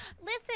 listen